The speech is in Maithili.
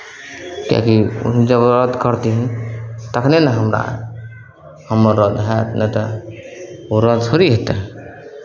किएकि ओहन जरूरत करतिहीन तखने ने हमरा हमर रद्द हएत नहि तऽ ओ रद्द थोड़ी होइतै